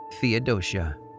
Theodosia